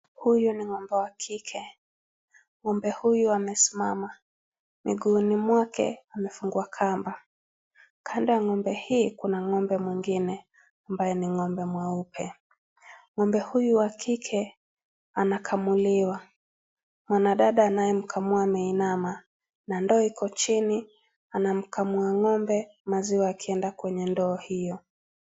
Huyu ni ng'ombe wa kike.Ng'ombe huyu amesimama. Mguuni mwake amefungwa kamba. Kando ya ng'ombe hii kuna ng'ombe mwingine ambaye ni ng'ombe mweupe.Ng'ombe huyu wa kike anakamuliwa. Mwanadada anayemkamua ameinama. Na ndoo iko chini. Anamkamua ng'ombe maziwa yakienda kwenye ndoo hiyo.